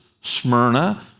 Smyrna